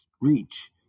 reach